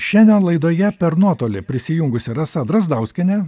šiandien laidoje per nuotolį prisijungusi rasa drazdauskienė